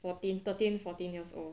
fourteen thirteen fourteen years old